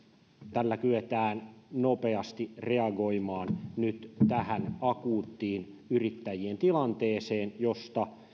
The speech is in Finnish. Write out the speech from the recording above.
tällä kyetään nopeasti reagoimaan nyt tähän akuuttiin yrittäjien tilanteeseen ja